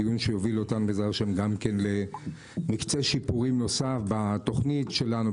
דיון שיוביל אותנו למקצה שיפורים נוסף בתוכנית שלנו,